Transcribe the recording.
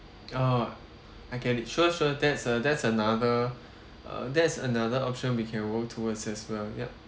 orh I get it sure sure that's a that's another uh that is another option we can work towards as well yup